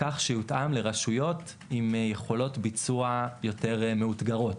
כך שיותאם לרשויות עם יכולות ביצוע יותר מאותגרות,